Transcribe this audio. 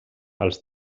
als